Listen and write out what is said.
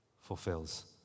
fulfills